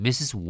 Mrs